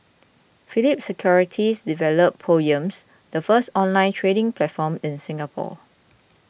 Phillip Securities developed Poems the first online trading platform in Singapore